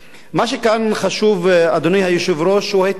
מה שכאן חשוב, אדוני היושב-ראש, הוא ההתנהלות